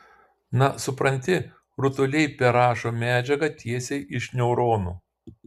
na supranti rutuliai perrašo medžiagą tiesiai iš neuronų